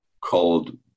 called